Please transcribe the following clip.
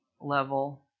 level